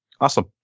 Awesome